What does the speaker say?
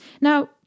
Now